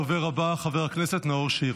הדובר הבא, חבר הכנסת נאור שירי.